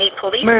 police